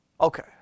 Okay